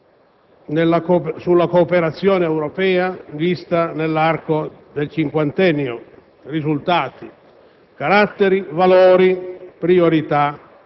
che prevede cinque paragrafi sulla cooperazione europea vista nell'arco del cinquantennio (risultati,